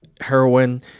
Heroin